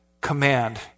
command